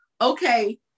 Okay